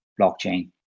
blockchain